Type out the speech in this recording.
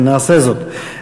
ואכן נעשה זאת.